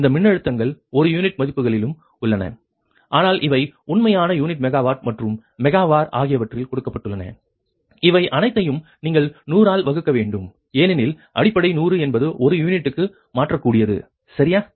இந்த மின்னழுத்தங்கள் ஒரு யூனிட் மதிப்புகளிலும் உள்ளன ஆனால் இவை உண்மையான யூனிட் மெகாவாட் மற்றும் மெகா வார் ஆகியவற்றில் கொடுக்கப்பட்டுள்ளன இவை அனைத்தையும் நீங்கள் 100 ஆல் வகுக்க வேண்டும் ஏனெனில் அடிப்படை 100 என்பது ஒரு யூனிட்க்கு மாற்றக்கூடியது சரியா